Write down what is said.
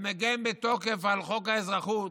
ומגן בתוקף על חוק האזרחות